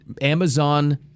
Amazon